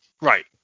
right